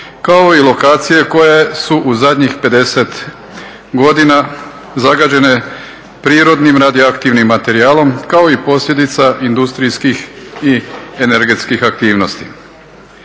kao i lokacije koje su u zadnjih 50 godina zagađene prirodnih radioaktivnim materijalom, kao i posljedica industrijskih i energetskih aktivnosti.